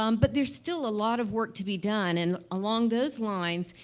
um but there's still a lot of work to be done. and along those lines,